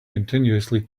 continuously